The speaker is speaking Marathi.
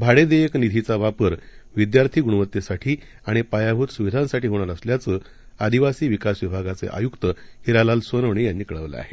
भाडेदेयक निधीचा वापर विद्यार्थी गुणवत्तेसाठी आणि पायाभूत सुविधांसाठी होणार असल्याचं आदिवासी विकास विभागाचे आयुक्त हिरालाल सोनवणे यांनी कळवलं आहे